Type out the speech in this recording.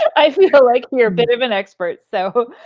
i feel like you're a bit of an expert, so